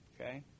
Okay